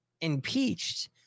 impeached